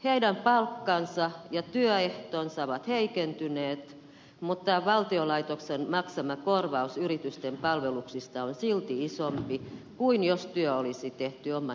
heidän palkkansa ja työehtonsa ovat heikentyneet mutta valtion laitoksen maksama korvaus yritysten palveluksista on silti isompi kuin jos työ olisi tehty omana työnä